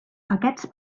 aquests